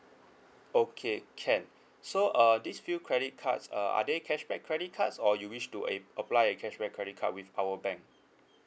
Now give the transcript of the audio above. okay can so uh this few credit cards uh are they cashback credit cards or you wish to eh apply a cashback credit card with our bank